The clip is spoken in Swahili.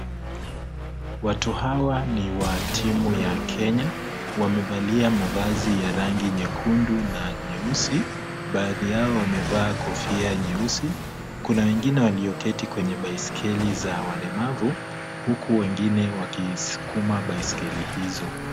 Watu hawa ni wa timu ya Kenya. Wamevalia mavazi ya rangi nyekundu na nyeusi. Baadhi yao wamevaa kofia nyeusi. Kuna wengine walioketi kwenye baiskeli za walemavu huku wengine wakiiskuma baiskeli hizo.